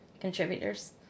contributors